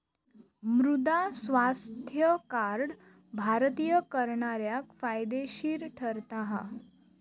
मृदा स्वास्थ्य कार्ड भारतीय करणाऱ्याक फायदेशीर ठरता हा